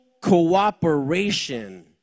cooperation